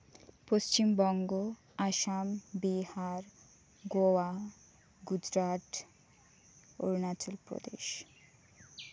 Paschim Banga Assam Bihar Goa Gujarat Arunachal Pradesh